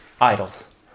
idols